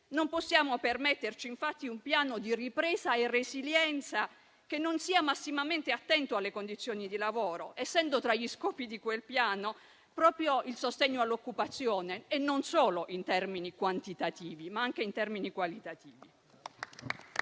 non possiamo permetterci che il Piano di ripresa e resilienza non sia massimamente attento alle condizioni di lavoro, avendo tra i suoi scopi proprio il sostegno all'occupazione e non solo in termini quantitativi, ma anche qualitativi.